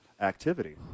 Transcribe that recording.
activity